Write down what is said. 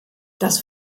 das